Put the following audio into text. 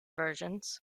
versions